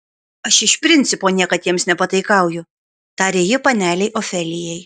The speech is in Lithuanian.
aš iš principo niekad jiems nepataikauju tarė ji panelei ofelijai